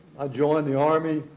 joined the army.